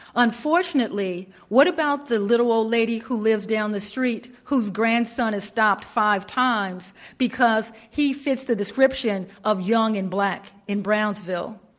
unfortunately, what about the little old lady who lived down the street whose grandson is stopped five times because he fits the description of young and black in brownsville?